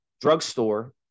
drugstore